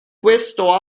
questo